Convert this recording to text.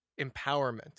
empowerment